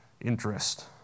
interest